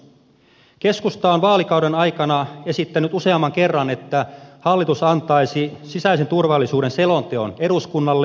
keskusta on vaalikauden aikana esittänyt useamman kerran että hallitus antaisi sisäisen turvallisuuden selonteon eduskunnalle